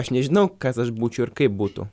aš nežinau kas aš būčiau ir kaip būtų